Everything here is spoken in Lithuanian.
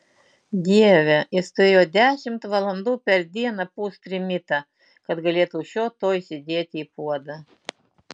dieve jis turėjo dešimt valandų per dieną pūst trimitą kad galėtų šio to įsidėti į puodą